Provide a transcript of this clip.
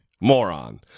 Moron